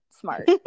smart